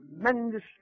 tremendous